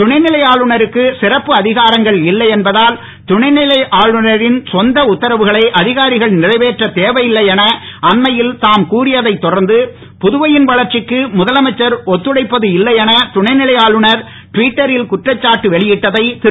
துணைநிலை ஆளுநருக்கு சிறப்பு அதிகாரங்கள் இல்லை என்பதால் துணைநிலை ஆளுநரின் சொந்த உத்தரவுகளை அதிகாரிகள் நிறைவேற்றத் தேவையில்லை என அண்மையில் தாம் கூறியதைத் தொடர்ந்து புதுவையின் வளர்ச்சிக்கு முதலமைச்சர் ஒத்துழைப்பது இல்லை என துணைநிலை ஆளுநர் ட்விட்டரில் குற்றச்சாட்டு வெளியிட்டதை திரு